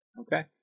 Okay